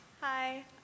Hi